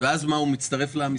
באיזושהי נקודה הן מצטלבות,